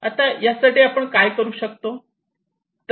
आता यासाठी आपण काय करू शकतो